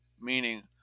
meaning